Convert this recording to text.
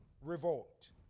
Revolt